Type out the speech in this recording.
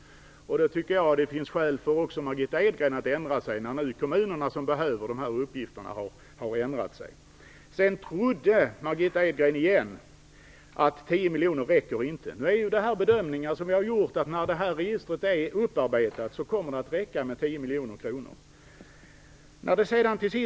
När nu kommunerna som behöver de här uppgifterna har ändrat sig tycker jag att det finns skäl även för Margitta Edgren att ändra sig. Margitta Edgren "trodde" igen att 10 miljoner kronor inte räcker. Men vi har bedömt att det kommer att räcka med 10 miljoner kronor när det här registret är upparbetat.